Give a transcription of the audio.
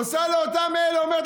עושה לאותם אלה, אומרת